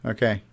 Okay